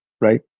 right